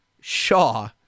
shaw